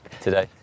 today